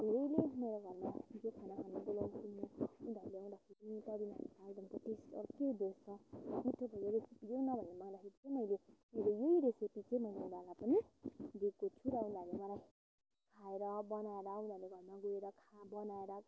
धेरैले मेरो घरमा खाना खानु बोलाउँछु म उनीहरूले आउँदाखेरि पदिना हालेको आलुदम टेस्ट अर्कै हुँदो रहेछ मिठो भयो रेसिपी देउ न भनेर माग्दाखेरि चै मैले मेरो यही रेसेपी चाहिँ मैले उनीहरूलाई पनि दिएको छु र उनीहरूले मलाई खाएर बनाएर उनीहरूले घरमा गएर खा बनाएर खाएर